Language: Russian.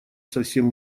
совсем